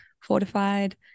fortified